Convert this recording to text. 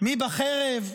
"מי בחרב,